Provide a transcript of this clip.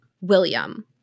William